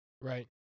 Right